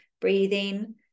breathing